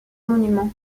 monument